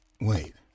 Wait